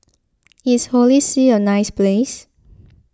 is Holy See a nice place